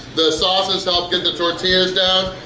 the sauces helped get the tortillas down.